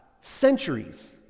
centuries